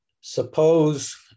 suppose